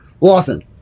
Lawson